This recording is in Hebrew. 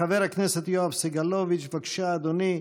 חבר הכנסת יואב סגלוביץ', בבקשה, אדוני.